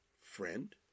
Friend